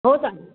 हो चालेल